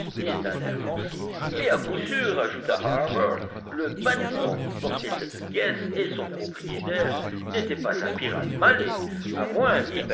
smith d'un air pensif et à coup sûr ajouta harbert le bâtiment qui portait cette caisse et son propriétaire n'était pas un pirate malais à moins